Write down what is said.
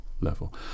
level